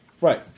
Right